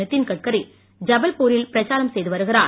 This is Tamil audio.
நிதின் கட்கரி ஜபல்பூரில் பிரச்சாரம் செய்து வருகிறார்